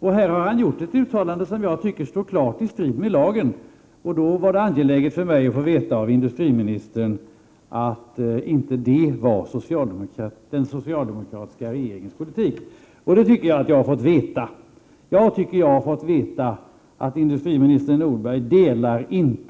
I det här fallet har han gjort ett uttalande som jag tycker står klart i strid med lagen, och därför var det angeläget för mig att få veta av industriministern att detta inte var den socialdemokratiska regeringens politik. Jag tycker att jag har fått svar på den frågan och fått veta, att industriminister Nordberg inte delar